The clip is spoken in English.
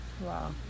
Wow